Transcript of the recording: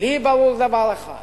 לי ברור דבר אחד: